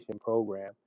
program